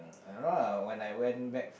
I don't know lah when I went back